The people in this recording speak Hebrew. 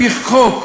כבוד היושב-ראש,